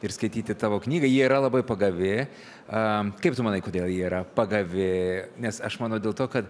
ir skaityti tavo knygą ji yra labai pagavi a kaip tu manai kodėl ji yra pagavi nes aš manau dėl to kad